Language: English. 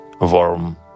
warm